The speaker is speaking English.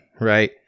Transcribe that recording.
right